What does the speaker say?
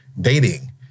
dating